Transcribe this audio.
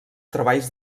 treballs